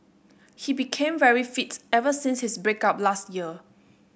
he became very fit ever since his break up last year